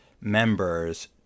members